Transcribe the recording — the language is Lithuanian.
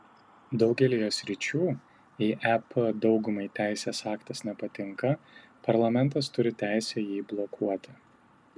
daugelyje sričių jei ep daugumai teisės aktas nepatinka parlamentas turi teisę jį blokuoti